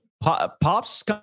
Pops